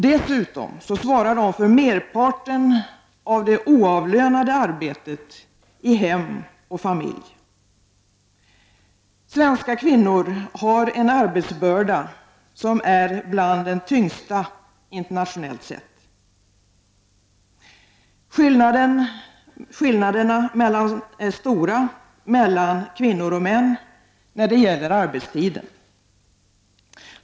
Dessutom svarar de för merparten av det oavlönade arbetet i hem och familj. Svenska kvinnor har en arbetsbörda som är bland de tyngsta internationellt sett. Skillnaderna är stora mellan kvinnor och män när det gäller arbetstiderna.